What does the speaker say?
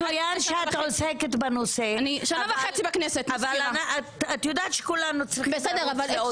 מצוין שאת עוסקת בנושא אבל את יודעת שכולנו צריכים לעבור לעוד ועדות.